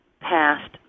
passed